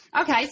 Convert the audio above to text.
Okay